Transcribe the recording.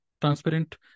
transparent